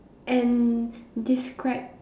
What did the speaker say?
and describe